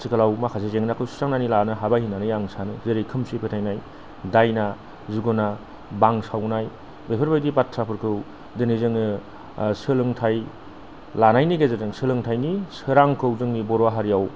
आथिखालाव माखासे जेंनाखौ सुस्रांनानै लानो हाबाय होननानै आं सानो जेरै खोमसि फोथायनाय दाइना जुगना बांसावनाय बेफोरबायदि बाथ्राखौ दिनै जोङो सोलोंथाइ लानायनि गेजेरजों सोलोंथाइनि सोरांखौ जोंनि बर' हारियाव